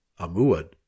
Amuad